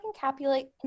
encapsulate